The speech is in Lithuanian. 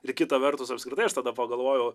ir kita vertus apskritai aš tada pagalvojau